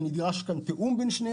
ונדרש כאן תיאום בין שני